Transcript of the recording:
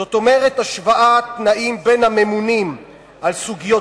זאת אומרת השוואת התנאים בין הממונים על סוגיות